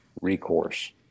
recourse